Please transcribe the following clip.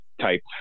type